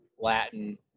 Latin